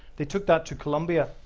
they took that to colombia,